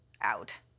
out